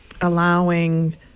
allowing